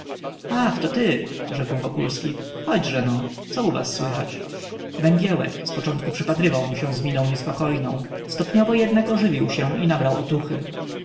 ach to ty rzekł wokulski chodźżeno co u was słychać węgiełek zpoczątku przypatrywał mu się z miną niespokojną stopniowo jednak ożywił się i nabrał otuchy